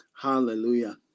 Hallelujah